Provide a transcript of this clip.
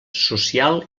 social